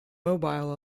mobile